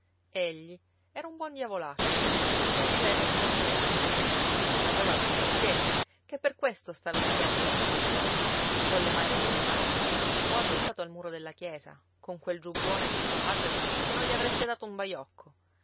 egli era un buon diavolaccio e viveva imprestando agli amici non faceva altro mestiere che per questo stava in piazza tutto il giorno colle mani nelle tasche o addossato al muro della chiesa con quel giubbone tutto lacero che non gli avreste dato un baiocco